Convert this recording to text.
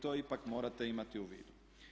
To ipak morate imati u vidu.